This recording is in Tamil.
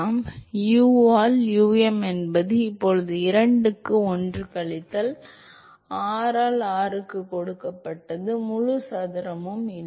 எனவே u ஆல் um என்பது இப்போது 2 க்கு 1 கழித்தல் r ஆல் r ஆல் கொடுக்கப்பட்டது முழு சதுரமும் இல்லை